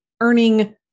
earning